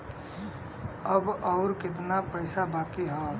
अब अउर कितना पईसा बाकी हव?